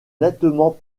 nettement